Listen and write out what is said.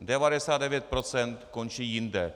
99 % končí jinde.